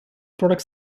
product